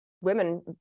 women